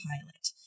pilot